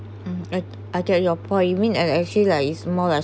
mm I I get your point you mean ac~ actually like is more les~